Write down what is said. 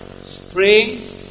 spring